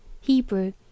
Hebrew